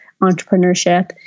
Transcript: entrepreneurship